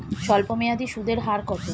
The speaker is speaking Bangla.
স্বল্পমেয়াদী সুদের হার কত?